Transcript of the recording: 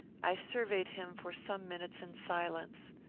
i surveyed him for some minutes in silence.